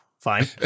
fine